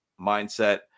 mindset